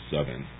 Seven